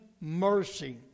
mercy